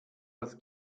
als